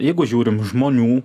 jeigu žiūrim žmonių